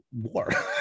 war